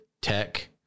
tech